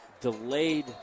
Delayed